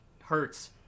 hurts